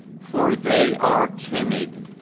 for they are timid,